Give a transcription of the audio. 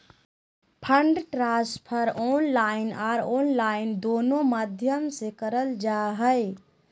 fund transfer online आर offline दोनों माध्यम से करल जा हय